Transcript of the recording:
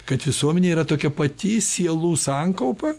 kad visuomenė yra tokia pati sielų sankaupa